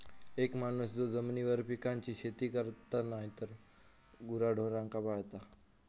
एक माणूस जो जमिनीवर पिकांची शेती करता नायतर गुराढोरांका पाळता